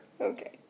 Okay